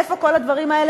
איפה כל הדברים האלה,